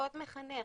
שעות מחנך,